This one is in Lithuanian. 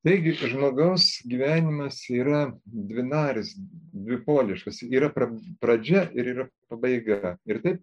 taigi žmogaus gyvenimas yra dvinaris dvipoliškas yra pradž pradžia ir pabaiga ir taip